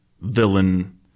villain